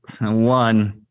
one